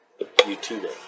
YouTube